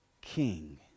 king